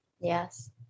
yes